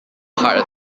heart